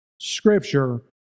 scripture